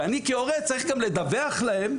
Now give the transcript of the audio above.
ואני כהורה צריך גם לדווח להם,